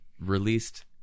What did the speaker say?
released